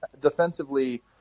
defensively